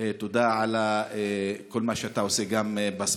תודה גם על כל מה שאתה עושה בספורט